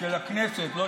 כנסת רגיל.